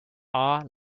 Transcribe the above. are